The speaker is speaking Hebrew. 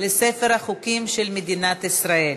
לספר החוקים של מדינת ישראל.